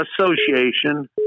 association